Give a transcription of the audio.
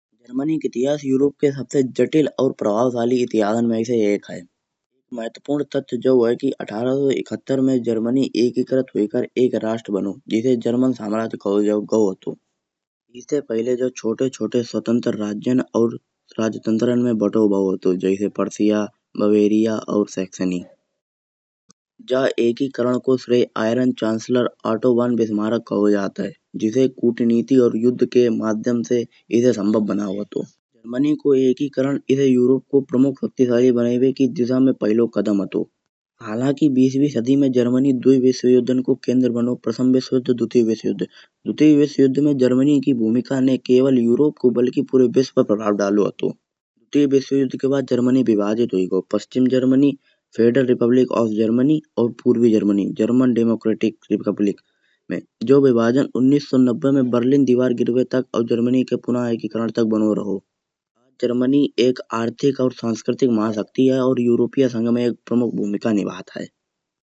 जर्मनिक इतिहास यूरोप के सबसे जटिल और प्रभावशाली इतिहासान में से एक है महत्वपूर्ण तथ्य। जो है कि अठारह सौ इकहत्तर में जर्मनी एकत्रित होकर एक राष्ट्र बानो जिससे जर्मन साम्राज्य काहो गाओ हटो। इसे पहिले जो छोटे छोटे स्वतंत्र राज्यन और राज्यतंत्रन में बंटो भाव हटो। जैसे पर्शिया और सेक्शन ए जा। एक ही कारण को श्रेय iron chancellor Otto von Bismarck कहो जात है। जिसे कूटनीति और युद्ध के माध्यम से इसे संभव बानो हटो जर्मनी को। एकी करण इसे यूरोप को प्रमुख शक्तिशाली बनावे की दिशा में पहला कदम हटो। हालांकि बीसवीं सदी में जर्मनी दो विश्वयुद्धन को केंद्र बानो। प्रथम विश्वयुद्ध द्वितीय विश्वयुद्ध दो विश्वयुद्ध में जर्मनी की भूमिका ने केवल यूरोप को बल्कि पूरे विश्व पे प्रभाव डालो हटो। दो विश्वयुद्ध के बाद जर्मनी विभाजित हो गाओ पश्चिम Germany, federal republic of Germany और पूर्वी जर्मनी जर्मन डेमोक्रेटिक रिपब्लिक में। जो विभाजन उन्नीस सौ नब्बे में बर्लिन दीवार गिरवे तक और जर्मनी के पुनः एकीकरण तक बानो रहो। जर्मनी एक आर्थिक और सांस्कृतिक महासक्ति है और यूरोपीय संघ में प्रमुख भूमिका निभात है।